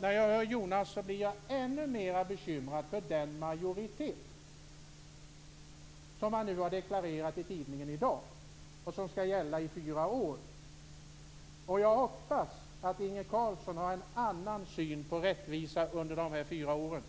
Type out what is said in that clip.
När jag hör Jonas blir jag ännu mer bekymrad för den majoritet som man nu har deklarerat i tidningen i dag och som skall gälla i fyra år. Jag hoppas att Inge Carlsson har en annan syn på rättvisa under de här fyra åren